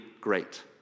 great